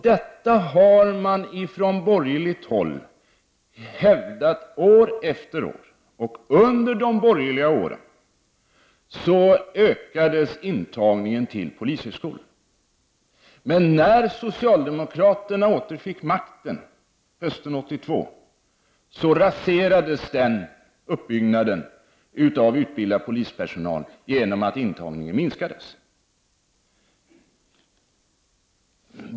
Detta har man från borgerligt håll hävdat år efter år. Under de borgerliga regeringsåren ökades intagningen till polishögskolan. Men när socialdemokraterna återfick makten hösten 1982 raserades uppbyggnaden av utbildad polispersonal genom att antalet intagningar till polishögskolan minskades.